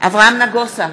אברהם נגוסה,